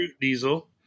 diesel